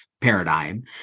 paradigm